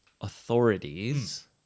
authorities